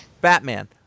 Batman